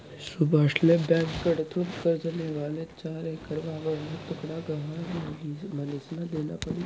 सुभाषले ब्यांककडथून कर्ज लेवाले चार एकर वावरना तुकडा गहाण म्हनीसन देना पडी